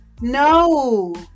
no